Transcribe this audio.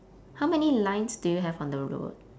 how many lines do you have on the road